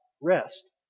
rest